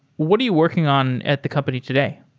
what are you working on at the company today?